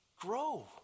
grow